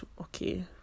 okay